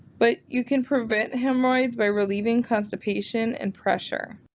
but you can prevent hemorrhoids by relieving constipation and pressure.